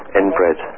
inbred